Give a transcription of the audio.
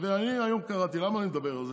ואני היום קראתי, למה אני מדבר על זה?